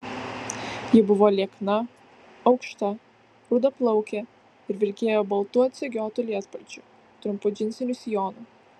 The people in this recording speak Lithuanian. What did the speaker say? ji buvo liekna aukšta rudaplaukė ir vilkėjo baltu atsegiotu lietpalčiu trumpu džinsiniu sijonu